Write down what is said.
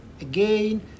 again